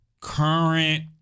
Current